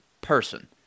person